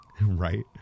Right